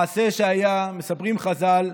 מעשה שהיה: מספרים חז"ל,